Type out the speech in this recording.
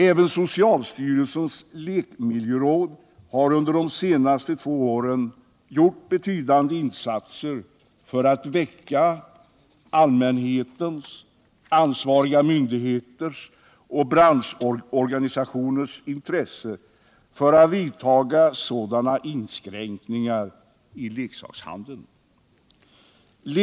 Även socialstyrelsens lekmiljöråd har under de senaste två åren gjort betydande insatser för att väcka allmänhetens, ansvariga myndigheters och branschorganisationers intresse för att vidta sådana inskränkningar i leksakshandeln som det här gäller.